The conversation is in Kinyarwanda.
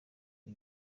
ibi